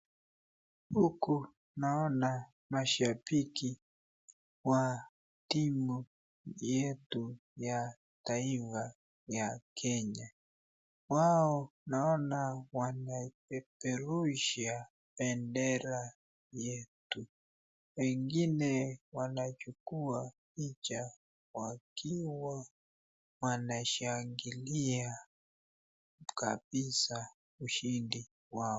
Huku naona mashabiki wa timu yetu ya taifa ya kenya. Wao naona wamepeperusha bendera yetu, wengine wanachukua picha wakiwa wamashangilia kabisa ushindi wao.